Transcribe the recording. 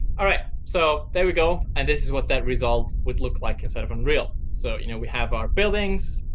all right, so there we go. and this is what that result would look like instead of unreal. so you know, we have our buildings,